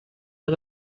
der